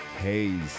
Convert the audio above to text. haze